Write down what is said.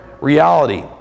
reality